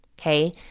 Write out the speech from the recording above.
Okay